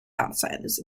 outsiders